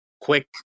quick